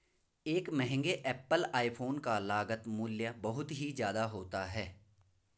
एक महंगे Apple iPhone का लागत मूल्य बहुत ही ज्यादा होता है